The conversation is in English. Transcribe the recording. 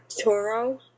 Toro